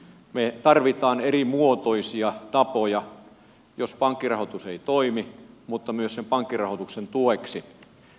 me tarvitsemme erimuotoisia tapoja jos pankkirahoitus ei toimi mutta myös sen pankkirahoituksen tueksi